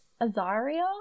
Azaria